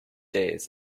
days